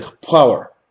power